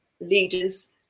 leaders